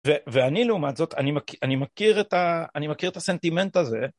ואני לעומת זאת, אני מכיר את ה... אני מכיר את הסנטימנט הזה.